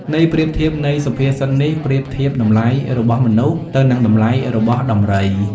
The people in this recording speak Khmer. ន័យប្រៀបធៀបនៃសុភាសិតនេះប្រៀបធៀបតម្លៃរបស់មនុស្សទៅនឹងតម្លៃរបស់ដំរី។